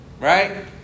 right